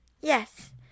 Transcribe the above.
Yes